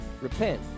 Repent